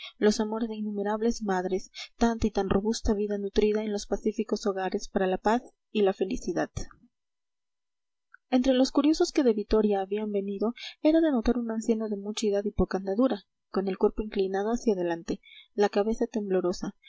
los amores de innumerables madres tanta y tan robusta vida nutrida en los pacíficos hogares para la paz y la felicidad entre los curiosos que de vitoria habían venido era de notar un anciano de mucha edad y poca andadura con el cuerpo inclinado hacia adelante la cabeza temblorosa